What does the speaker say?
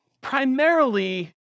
primarily